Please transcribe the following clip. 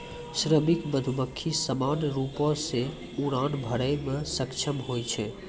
श्रमिक मधुमक्खी सामान्य रूपो सें उड़ान भरै म सक्षम होय छै